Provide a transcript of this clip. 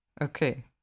Okay